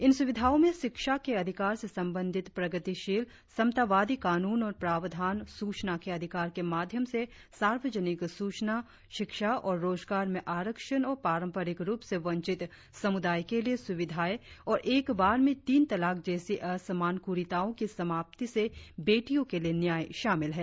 इन सुविधाओं में शिक्षा के अधिकार से संबंधित प्रगतिशील समतावादी कानून और प्रावधान सूचना के अधिकार के माध्यम से सार्वजनिक सूचना शिक्षा और रोजगार में आरक्षण और पारंपरिक रुप से वंचित समुदाय के लिए सुविधायें और एक बार में तीन तलाक जैसी असमान कुरीतियों की समाप्ति से बेटियों के लिए न्याय शामिल हैं